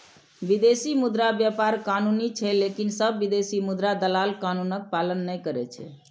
विदेशी मुद्रा व्यापार कानूनी छै, लेकिन सब विदेशी मुद्रा दलाल कानूनक पालन नै करै छै